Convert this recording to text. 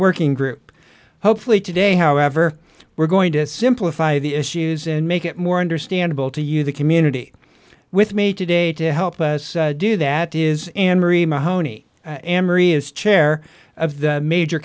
working group hopefully today however we're going to simplify the issues and make it more understandable to you the community with me today to help us do that is anne marie mahoney amery is chair of the major